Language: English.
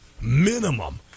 minimum